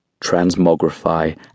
Transmogrify